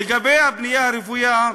לגבי הבנייה הרוויה,